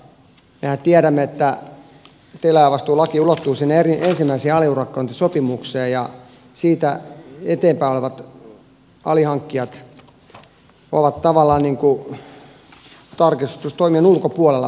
mehän tiedämme että tilaajavastuulaki ulottuu sinne ensimmäisiin aliurakointisopimuksiin ja siitä eteenpäin olevat alihankkijat ovat tavallaan tarkistustoimien ulkopuolella pääurakoitsijalla